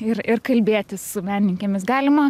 ir ir kalbėtis su menininkėmis galima